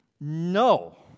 no